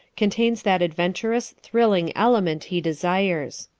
contains that adventurous, thrilling element he desires.